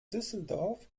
düsseldorf